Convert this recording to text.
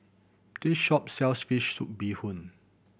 this shop sells fish soup bee hoon